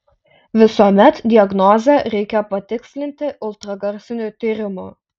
visuomet diagnozę reikia patikslinti ultragarsiniu tyrimu